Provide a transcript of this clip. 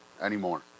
anymore